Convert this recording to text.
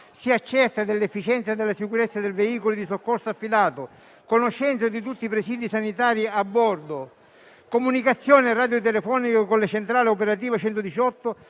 accertamento dell'efficienza e della sicurezza del veicolo di soccorso affidatogli; conoscenza di tutti i presidi sanitari a bordo; comunicazione radiotelefonica con la centrale operativa 118,